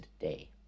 day